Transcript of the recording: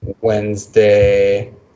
Wednesday